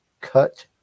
Cut